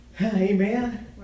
Amen